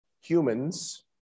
humans